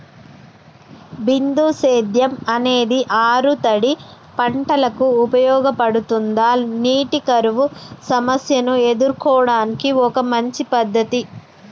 బిందు సేద్యం అనేది ఆరుతడి పంటలకు ఉపయోగపడుతుందా నీటి కరువు సమస్యను ఎదుర్కోవడానికి ఒక మంచి పద్ధతి?